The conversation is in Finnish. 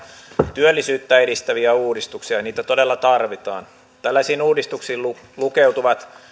työllisyyttä edistäviä uudistuksia ja niitä todella tarvitaan tällaisiin uudistuksiin lukeutuvat